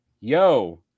yo